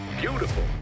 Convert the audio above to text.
Beautiful